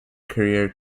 career